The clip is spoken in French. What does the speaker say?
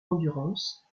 endurance